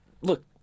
look